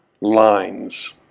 lines